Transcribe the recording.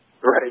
right